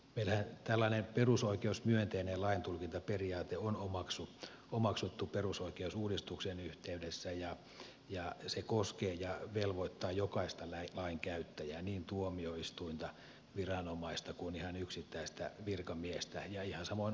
meillähän tällainen perusoikeusmyönteinen laintulkintaperiaate on omaksuttu perusoikeusuudistuksen yhteydessä ja se koskee ja velvoittaa jokaista lain käyttäjää niin tuomioistuinta viranomaista kuin ihan yksittäistä virkamiestä ja ihan samoin oikeusasiamiestä